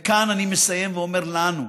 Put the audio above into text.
וכאן אני מסיים ואומר לנו,